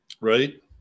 right